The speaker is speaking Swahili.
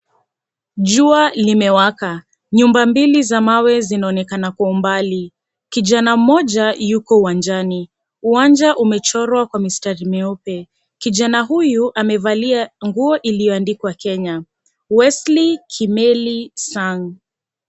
Jua limewaka, nyumba mbili za mawe zinaonekana kwa umbali Kijana mmoja yuko uwanjani. Uwanja umechorwa kwa mistari mieupe kijana huyu amevalia nguo ilioandikwa Kenya, Wesley Kimeli Sang.